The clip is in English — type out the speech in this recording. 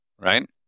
Right